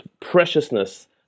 preciousness